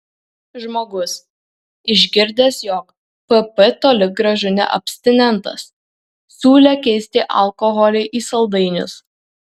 žmogus išgirdęs jog pp toli gražu ne abstinentas siūlė keisti alkoholį į saldainius